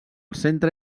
centre